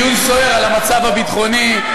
דיון סוער על המצב הביטחוני,